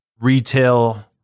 retail